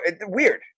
weird